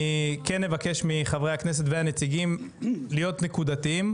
אני כן אבקש מחברי הכנסת והנציגים להיות נקודתיים,